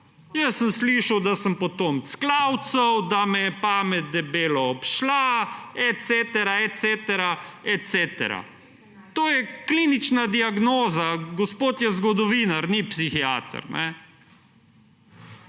Jaz sem slišal, da sem potomec klavcev, da me je pamet debelo obšla et cetera et cetera et cetera. To je klinična diagnoza, gospod je zgodovinar, ni psihiater;